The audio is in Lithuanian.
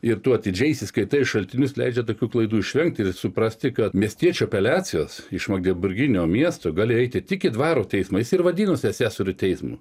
ir tu atidžiai įsiskaitai į šaltinius leidžia tokių klaidų išvengti ir suprasti kad miestiečių apeliacijos iš mageburginio miesto gali eiti tik į dvaro teismais ir vadinosi asesorių teismu